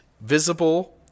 visible